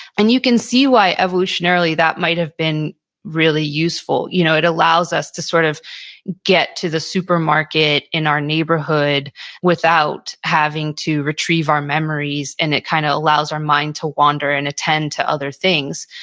and you can see why evolutionarily, that might have been really useful. you know it allows us to sort of get to the supermarket in our neighborhood neighborhood without having to retrieve our memories. and it kind of allows our mind to wander and attend to other things.